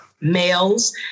males